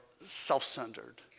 self-centered